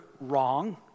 wrong